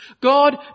God